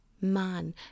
man